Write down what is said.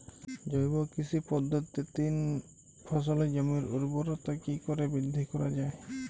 জৈব কৃষি পদ্ধতিতে তিন ফসলী জমির ঊর্বরতা কি করে বৃদ্ধি করা য়ায়?